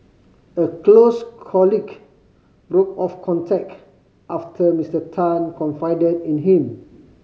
a close colleague broke off contact after Mister Tan confided in him